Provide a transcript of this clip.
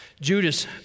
Judas